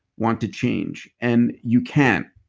want to change? and you can?